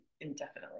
indefinitely